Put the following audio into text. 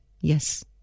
Yes